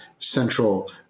central